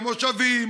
המושבים,